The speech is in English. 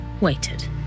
waited